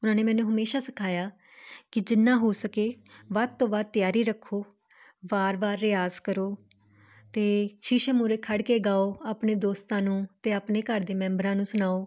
ਉਹਨਾਂ ਨੇ ਮੈਨੂੰ ਹਮੇਸ਼ਾਂ ਸਿਖਾਇਆ ਕਿ ਜਿੰਨਾ ਹੋ ਸਕੇ ਵੱਧ ਤੋਂ ਵੱਧ ਤਿਆਰੀ ਰੱਖੋ ਵਾਰ ਵਾਰ ਰਿਆਜ਼ ਕਰੋ ਅਤੇ ਸ਼ੀਸ਼ੇ ਮੂਹਰੇ ਖੜ੍ਹ ਕੇ ਗਾਓ ਆਪਣੇ ਦੋਸਤਾਂ ਨੂੰ ਅਤੇ ਆਪਣੇ ਘਰ ਦੇ ਮੈਂਬਰਾਂ ਨੂੰ ਸੁਣਾਓ